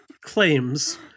Claims